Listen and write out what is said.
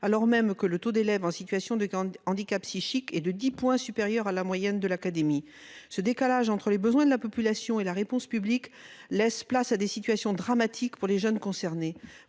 alors même que le taux d'élèves en situation de handicap psychique est de dix points supérieur à la moyenne de l'académie. Ce décalage entre les besoins de la population et la réponse publique laisse place à des situations dramatiques pour les jeunes concernés.